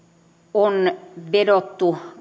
on vedottu